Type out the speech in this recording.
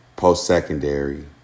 post-secondary